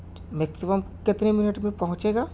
maximum کتنے minute میں پہنچے گا